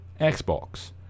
Xbox